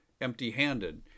empty-handed